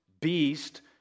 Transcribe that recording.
beast